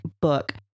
book